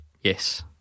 Yes